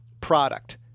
product